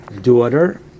daughter